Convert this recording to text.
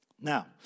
Now